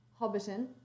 Hobbiton